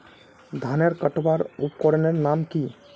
धानेर कटवार उपकरनेर नाम की?